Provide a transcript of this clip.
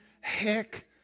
heck